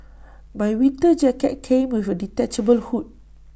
my winter jacket came with A detachable hood